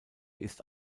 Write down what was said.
ist